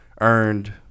earned